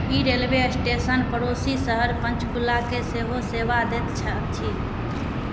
ई railway station पड़ोसी शहर पञ्चकुलाके सेहो सेवा दैत अछि